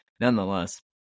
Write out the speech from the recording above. Nonetheless